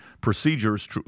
procedures